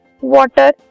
water